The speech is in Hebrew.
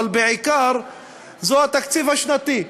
אבל בעיקר זה התקציב השנתי,